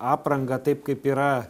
aprangą taip kaip yra